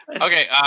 Okay